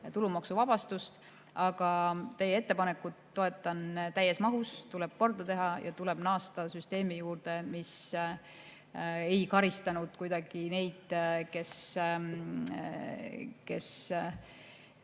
tulumaksuvabastust. Aga teie ettepanekut toetan täies mahus. Asi tuleb korda teha ja tuleb naasta süsteemi juurde, mis ei karista kuidagi neid, kes